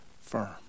firm